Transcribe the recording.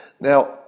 Now